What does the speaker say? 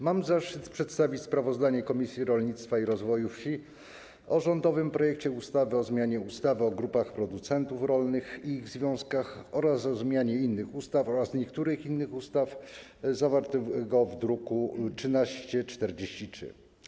Mam zaszczyt przedstawić sprawozdanie Komisji Rolnictwa i Rozwoju Wsi o rządowym projekcie ustawy o zmianie ustawy o grupach producentów rolnych i ich związkach oraz o zmianie innych ustaw oraz niektórych innych ustaw zawartego w druku nr 1343.